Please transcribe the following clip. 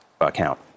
account